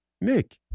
Nick